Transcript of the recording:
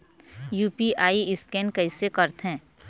UPI scan कइसे करथे?